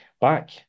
Back